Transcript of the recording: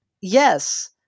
yes